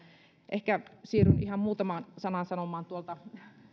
ehkä siirryn ihan muutaman sanan sanomaan tuolta